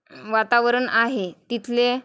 वातावरण आहे तिथले